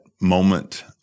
moment